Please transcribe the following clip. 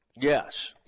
Yes